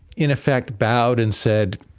in effect, bowed and said,